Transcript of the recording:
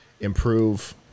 improve